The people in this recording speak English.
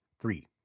three